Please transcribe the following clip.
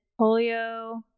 polio